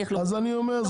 אז אני אומר,